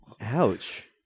Ouch